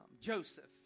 Joseph